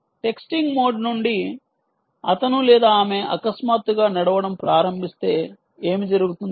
texting mode నుండి అతను లేదా ఆమె అకస్మాత్తుగా నడవడం ప్రారంభిస్తే ఏమి జరుగుతుంది